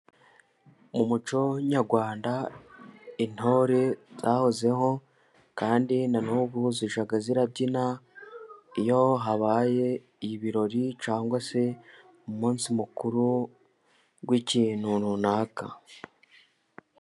Mu muco nyarwanda intore zahozeho, kandi na n'ubu zijya zirabyina, iyo habaye ibirori, cyangwa se umunsi mukuru w'ikintu runaka.